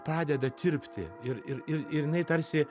pradeda tirpti ir ir ir ir jinai tarsi